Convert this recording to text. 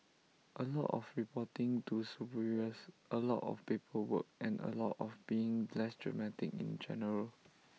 A lot of reporting to superiors A lot of paperwork and A lot of being less dramatic in general